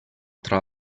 tra